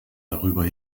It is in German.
darüber